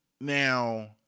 Now